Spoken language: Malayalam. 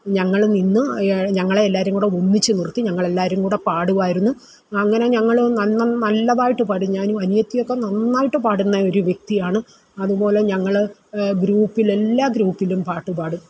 ഞങ്ങൾ നിന്നു ഞങ്ങളെ എല്ലാവരെയും കൂടെ ഒരുമിച്ചുനിറുത്തി ഞങ്ങൾ എല്ലാവരും കൂടെ പാടുമായിരുന്നു അങ്ങനെ ഞങ്ങൾ നല്ലതായിട്ട് പാടിയിരുന്നു അനിയത്തിയൊക്ക നന്നായിട്ട് പാടുന്ന ഓരു വ്യക്തിയാണ് അതുപോലെ ഞങ്ങൾ ഗ്രൂപ്പിൽ എല്ലാ ഗ്രൂപ്പിലും പാട്ട് പാടും